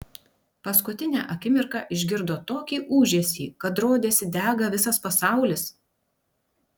paskutinę akimirką išgirdo tokį ūžesį kad rodėsi dega visas pasaulis